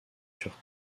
sur